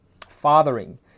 fathering